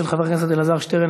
של חבר הכנסת אלעזר שטרן,